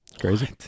Crazy